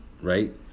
right